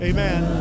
Amen